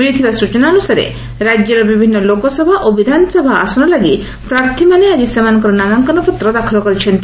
ମିଳିଥିବା ସ୍ଚନା ଅନୁସାରେ ରାକ୍ୟର ବିଭିନ୍ ଲୋକସଭା ଓ ବିଧାନସଭା ଆସନ ଲାଗି ପ୍ରାର୍ଥୀମାନେ ଆକି ସେମାନଙ୍କର ନାମାଙ୍କନ ପତ୍ର ଦାଖଲ କରିଛନ୍ତି